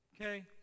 Okay